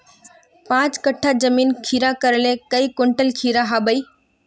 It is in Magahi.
पाँच कट्ठा जमीन खीरा करले काई कुंटल खीरा हाँ बई?